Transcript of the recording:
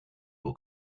will